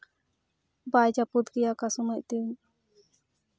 ᱵᱟᱭ ᱡᱟᱹᱯᱩᱫ ᱜᱮᱭᱟ ᱚᱠᱟ ᱥᱚᱢᱚᱭ ᱫᱤᱱ